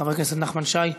חבר הכנסת נחמן שי.